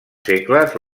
segles